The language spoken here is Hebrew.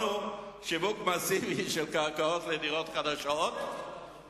הוא שיווק מסיבי של קרקעות לדירות חדשות,